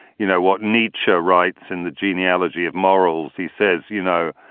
you know, what nietzsche writes in the genealogy of morals. he says, you know,